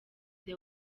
the